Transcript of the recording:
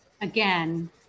again